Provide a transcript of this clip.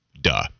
duh